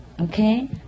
okay